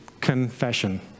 Confession